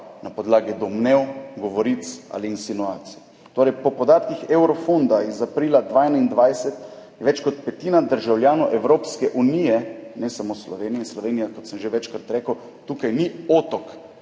na podlagi domnev, govoric ali insinuacij. Po podatkih Eurofounda iz aprila 2021 je več kot petina državljanov Evropske unije – ne samo Slovenija, in Slovenija, kot sem že večkrat rekel, tukaj ni otok